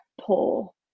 pull